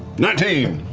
nineteen.